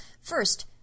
First